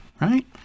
right